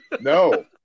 No